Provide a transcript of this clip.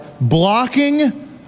blocking